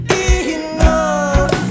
enough